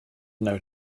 known